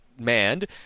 manned